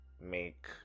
make